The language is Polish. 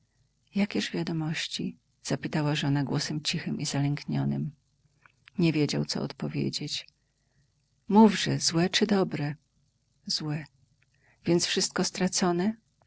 jakież wiadomości zapytała żona głosem cichym i zalęknionym nie wiedział co odpowiedzieć mówże złe czy dobre złe więc wszystko stracone